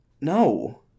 No